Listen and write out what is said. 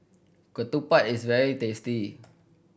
ketupat is very tasty